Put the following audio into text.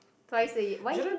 twice a year why